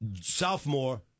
Sophomore